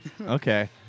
Okay